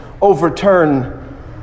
overturn